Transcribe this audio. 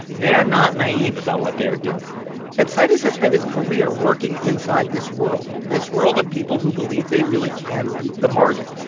they are not naive about what they are doing and seides has spent his career working inside this world this world of people who believe they really can beat the market.